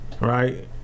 right